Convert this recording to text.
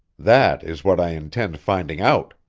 that is what i intend finding out.